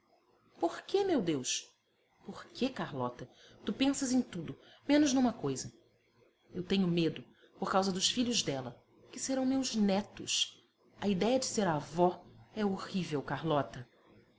por que meu deus por que carlota tu pensas em tudo menos numa coisa eu tenho medo por causa dos filhos dela que serão meus netos a idéia de ser avó é horrível carlota